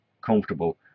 comfortable